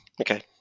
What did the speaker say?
Okay